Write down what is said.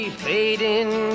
fading